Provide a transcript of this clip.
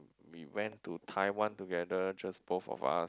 we went to Taiwan together just both of us